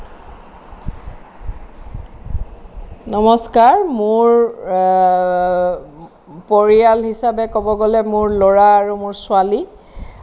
নমষ্কাৰ মোৰ পৰিয়াল হিচাপে ক'ব গ'লে মোৰ ল'ৰা আৰু মোৰ ছোৱালী